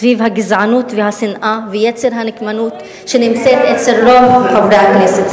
סביב הגזענות והשנאה ויצר הנקמנות שנמצאים אצל רוב חברי הכנסת.